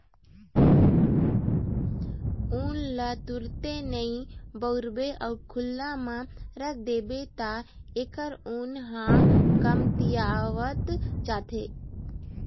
ऊन ल तुरते नइ बउरबे अउ खुल्ला म राख देबे त एखर गुन ह कमतियावत जाथे